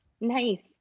Nice